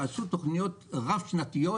עשו תוכניות רב-שנתיות,